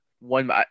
one